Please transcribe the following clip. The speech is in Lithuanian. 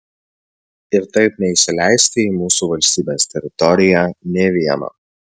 ir taip neįsileisti į mūsų valstybės teritoriją nė vieno